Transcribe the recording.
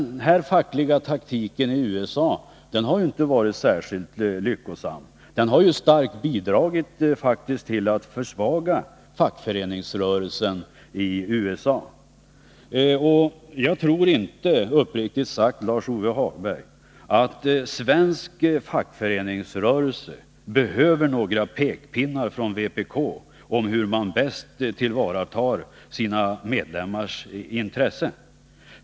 Denna fackliga taktik har inte varit särskilt lyckosam. Den har i stället starkt bidragit till att försvaga fackföreningsrörelsen i USA. Uppriktigt sagt, Lars-Ove Hagberg, tror jag inte att svensk fackföreningsrörelse behöver några pekpinnar från vpk om hur den bäst skall tillvarata sina medlemmars intressen.